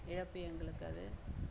இழப்பு எங்களுக்கு அது